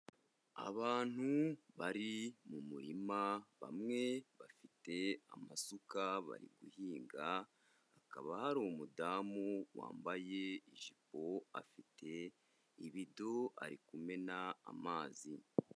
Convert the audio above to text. Abantu bari mu murima, bamwe bafite amasuka bari guhinga, hakaba hari umudamu wambaye ijipo afite ibido ari kumena amazi.